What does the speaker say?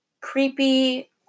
creepy